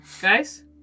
Guys